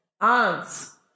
aunts